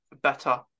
better